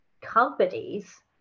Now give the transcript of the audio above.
companies